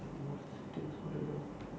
what